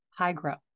Hygro